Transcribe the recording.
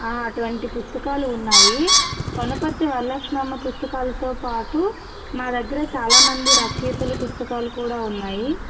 అటువంటి పుస్తకాలు ఉన్నాయి కనుపర్తి వరలక్ష్మమ్మ పుస్తకాలతో పాటు మా దగ్గర చాలా మంది రచయితల పుస్తకాలు కూడా ఉన్నాయి